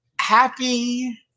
Happy